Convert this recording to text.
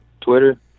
Twitter